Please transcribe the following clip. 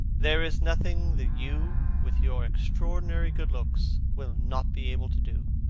there is nothing that you, with your extraordinary good looks, will not be able to do.